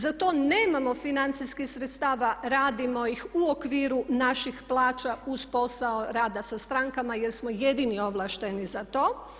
Za to nemamo financijskih sredstava, radimo ih u okviru naših plaća uz posao rada sa strankama jer smo jedini ovlašteni za to.